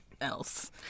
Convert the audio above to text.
else